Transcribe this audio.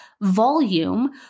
volume